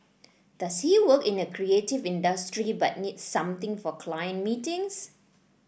does he work in a creative industry but needs something for client meetings